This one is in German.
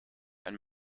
ein